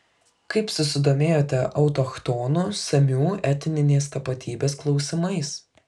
kaip susidomėjote autochtonų samių etninės tapatybės klausimais